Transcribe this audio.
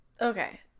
Okay